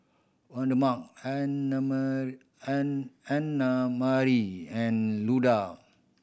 Waldemar Annamarie and Luda